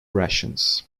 rations